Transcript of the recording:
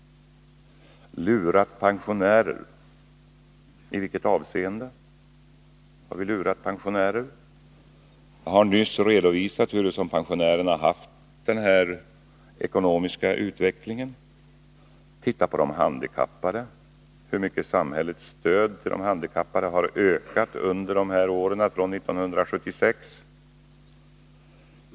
Lura pensionärer — i vilket avseende har vi lurat pensionärer? Jag har nyss redovisat hurusom pensionärerna fått en förbättrad ekonomisk standard. Titta på hur mycket samhällets stöd till de handikappade har ökat från 1976!